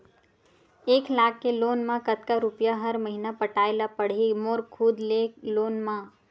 एक लाख के लोन मा कतका रुपिया हर महीना पटाय ला पढ़ही मोर खुद ले लोन मा?